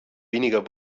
weniger